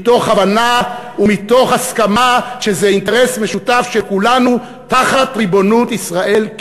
מתוך הבנה ומתוך הסכמה שזה אינטרס משותף של כולנו תחת ריבונות ישראל.